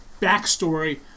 backstory